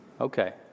Okay